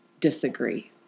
disagree